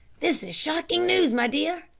this is shocking news, my dear,